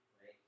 right